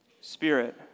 Spirit